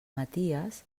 maties